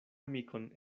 amikon